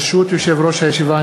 ברשות יושב-ראש הישיבה,